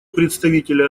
представителя